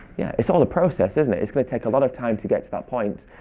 yeah, it's all a process. isn't it? it's going to take a lot of time to get to that point.